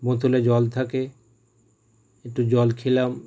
বোতলে জল থাকে একটু জল খেলাম